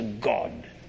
God